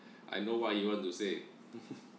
I know what you want to say